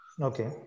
Okay